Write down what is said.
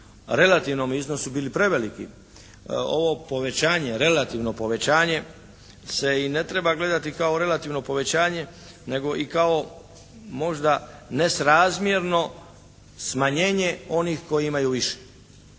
relativnom iznosu bili preveliki. Ovo povećanje, relativno povećanje se i ne treba gledati kao relativno povećanje, nego i kao možda nesrazmjerno smanjenje onih koji imaju više